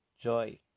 joy